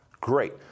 great